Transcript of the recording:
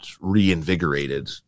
reinvigorated